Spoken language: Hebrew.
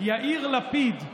יאיר לפיד: